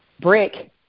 brick